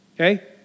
okay